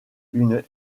une